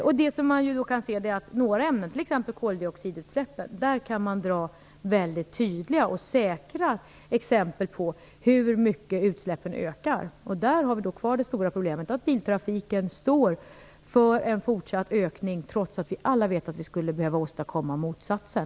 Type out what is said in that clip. Vad vi kan se är att utsläppen av några ämnen, t.ex. koldioxid, är tydliga och säkra indikatorer på hur mycket utsläppen ökar. Vi har kvar det stora problemet att biltrafiken står för en fortsatt ökning, trots att vi alla vet att vi skulle behöva åstadkomma motsatsen.